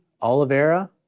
Oliveira